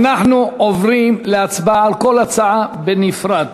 אנחנו עוברים להצבעה על כל הצעה בנפרד.